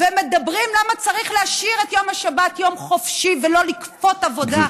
ומדברים למה צריך להשאיר את יום השבת יום חופשי ולא לכפות עבודה,